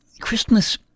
Christmas